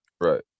Right